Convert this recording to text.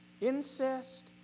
incest